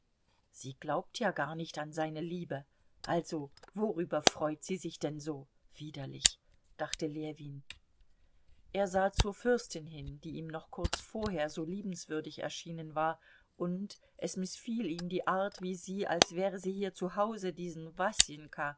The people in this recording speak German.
sie glaubt ja gar nicht an seine liebe also worüber freut sie sich denn so widerlich dachte ljewin er sah zur fürstin hin die ihm noch kurz vorher so liebenswürdig erschienen war und es mißfiel ihm die art wie sie als wäre sie hier zu hause diesen